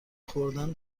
خوردن